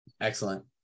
Excellent